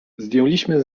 zdjęliśmy